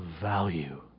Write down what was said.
value